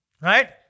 Right